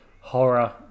horror